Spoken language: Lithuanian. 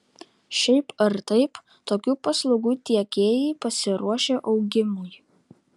šiaip ar taip tokių paslaugų tiekėjai pasiruošę augimui